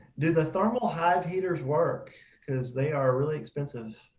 do the thermal hive heaters work? because they are really expensive.